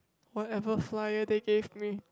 whatever flyer they gave me